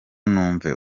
numve